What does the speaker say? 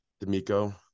D'Amico